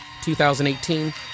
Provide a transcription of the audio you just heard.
2018